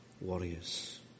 warriors